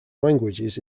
languages